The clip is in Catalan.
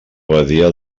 badia